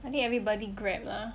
I think everybody Grab lah